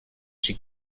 she